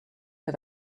for